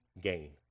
gain